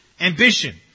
ambition